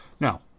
Now